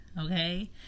okay